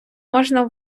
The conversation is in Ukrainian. можна